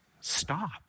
Stop